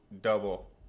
double